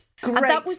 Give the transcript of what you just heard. Great